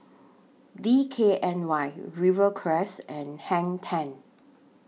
D K N Y Rivercrest and Hang ten